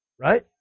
Right